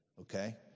Okay